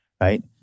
right